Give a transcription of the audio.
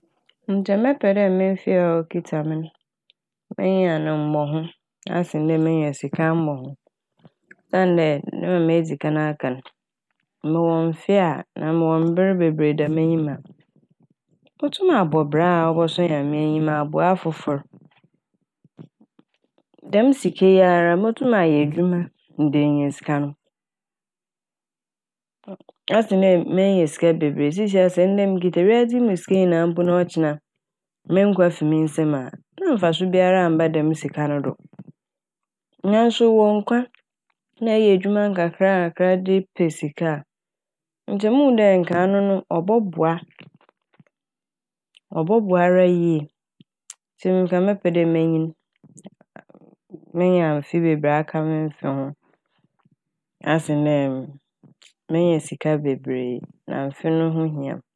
Nkyɛ mɛpɛ dɛ me mfe a okitsa me n' menya no mbɔho asen dɛ menya sika mbɔho osiandɛ dɛ mbrɛ medzikan aka n' mowɔ mfe a anaa mowɔ mber bebree da m'enyim a motum abɔ bra a ɔbsɔ Nyame enyi, maboa afofor. Dɛm sika yi ara motum ayɛ edwuma mede enya sika no asen dɛ menya sika bebree. Sisiera sɛ ndɛ mikitsa wiadzemu sika nyinara na ɔkyena me nkwa fi me nsamu a nna ɔkyerɛ dɛ mfaso biara ammba sika no do. Naaso ewɔ nkwa na eyɛ edwuma nkakrankra ede pɛ edwuma nkakrankra de pɛ sika a nkyɛ muhu dɛ nka ano no ɔbɔboa a ɔbɔboa ara yie ntsi nka mɛpɛ dɛ menyin, menya afe bebree aka me mfe ho asen dɛ menya sika bebree na mfe no ho hia m'.